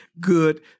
good